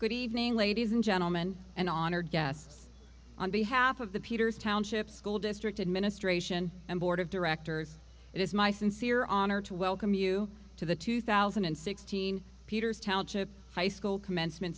good evening ladies and gentleman and honored guests on behalf of the peters township school district administration and board of directors it is my sincere honor to welcome you to the two thousand and sixteen peters township high school commencement